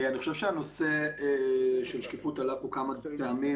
אני חושב שהנושא של שקיפות עלה פה כמה פעמים,